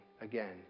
again